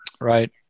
Right